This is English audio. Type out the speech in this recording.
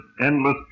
endless